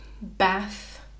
Bath